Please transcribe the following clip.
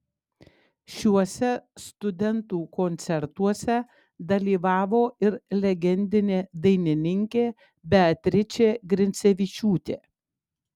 šiuose studentų koncertuose dalyvavo ir legendinė dainininkė beatričė grincevičiūtė